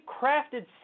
crafted